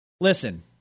Listen